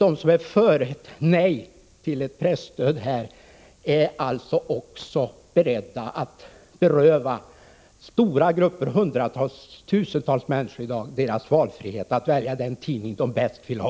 De som är för ett nej till ett presstöd är alltså också beredda att beröva stora grupper människor deras frihet att på en öppen marknad välja den tidning de helst vill ha.